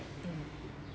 mm